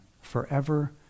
forever